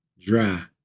dry